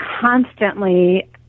constantly